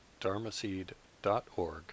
dharmaseed.org